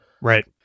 Right